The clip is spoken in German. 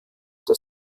das